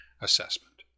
assessment